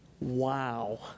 Wow